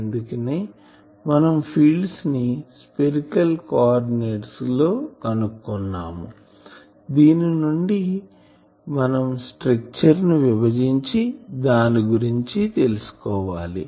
అందుకనే మనం ఫీల్డ్ ను స్పెరికల్ కోఆర్డినెట్స్ లో కనుగొన్నాం దీని నుండి మనం స్ట్రక్చర్ ని విభజించి దాని గురించి తెలుసుకోవాలి